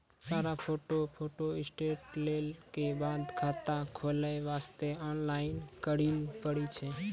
सारा photo photostat लेल के बाद खाता खोले वास्ते ऑनलाइन करिल पड़ी?